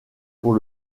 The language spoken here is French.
pour